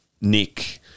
Nick